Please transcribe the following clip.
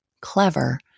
clever